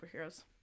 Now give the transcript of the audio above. superheroes